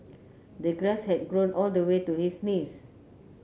the grass had grown all the way to his knees